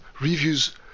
reviews